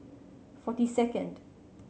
forty second